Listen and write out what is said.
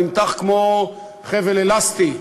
נמתח כמו חבל אלסטי,